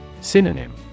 Synonym